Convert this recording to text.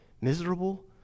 miserable